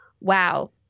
wow